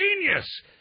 genius